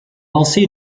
lancer